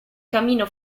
camino